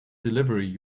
delivery